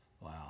Wow